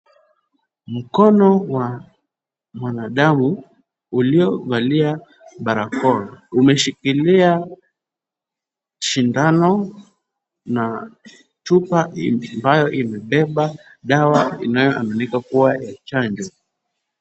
Mkono wa mwanadamu uliovalia barakoa umeshikilia sindano na chupa ambayo imebeba dawa inayo aminika kuwa ya chanjo.